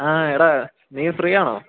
ആ എടാ നീ ഫ്രീയാണോ